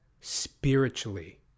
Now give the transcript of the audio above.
spiritually